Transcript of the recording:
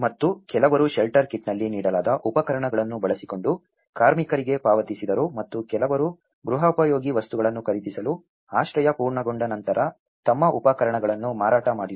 ಮತ್ತು ಕೆಲವರು ಶೆಲ್ಟರ್ ಕಿಟ್ನಲ್ಲಿ ನೀಡಲಾದ ಉಪಕರಣಗಳನ್ನು ಬಳಸಿಕೊಂಡು ಕಾರ್ಮಿಕರಿಗೆ ಪಾವತಿಸಿದರು ಮತ್ತು ಕೆಲವರು ಗೃಹೋಪಯೋಗಿ ವಸ್ತುಗಳನ್ನು ಖರೀದಿಸಲು ಆಶ್ರಯ ಪೂರ್ಣಗೊಂಡ ನಂತರ ತಮ್ಮ ಉಪಕರಣಗಳನ್ನು ಮಾರಾಟ ಮಾಡಿದರು